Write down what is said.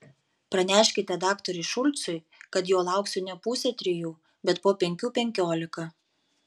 praneškite daktarui šulcui kad jo lauksiu ne pusę trijų bet po penkių penkiolika